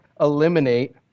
eliminate